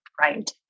right